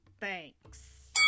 thanks